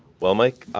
well, mike,